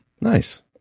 Nice